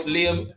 Liam